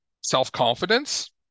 self-confidence